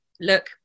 look